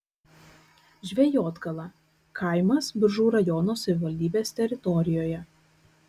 žvejotgala kaimas biržų rajono savivaldybės teritorijoje